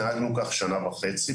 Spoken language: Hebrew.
נהגנו כך שנה וחצי.